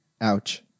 Ouch